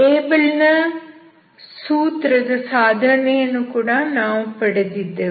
Abel ನ ಸೂತ್ರ Abel's formula ದ ಸಾಧನೆಯನ್ನು ಕೂಡ ನಾವು ಪಡೆದಿದ್ದೆವು